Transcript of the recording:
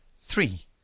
three